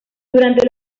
durante